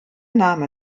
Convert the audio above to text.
name